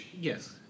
Yes